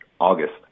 august